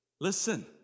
listen